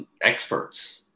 experts